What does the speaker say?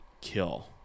kill